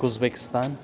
Uzbekistan